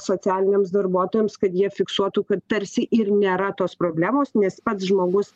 socialiniams darbuotojams kad jie fiksuotų kad tarsi ir nėra tos problemos nes pats žmogus